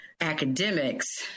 academics